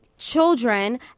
children